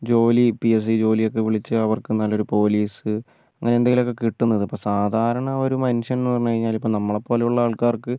ജോലി P S C ജോലിയൊക്കെ വിളിച്ച് അവർക്ക് നല്ലൊരു പോലീസ് അങ്ങനെയെന്തെങ്കിലും ഒക്കെ കിട്ടുന്നത് ഇപ്പം സാധാരണ ഒരു മനുഷ്യൻ എന്ന് പറഞ്ഞുകഴിഞ്ഞാൽ ഇപ്പം നമ്മളെ പോലെയുള്ള ആൾക്കാർക്ക്